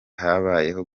habayeho